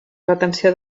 retenció